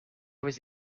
was